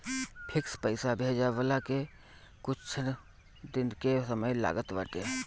fix पईसा भेजाववला में कुछ दिन के समय लागत बाटे